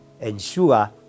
ensure